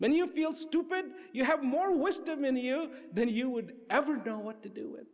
when you feel stupid you have more wisdom in you then you would ever don't want to do